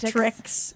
tricks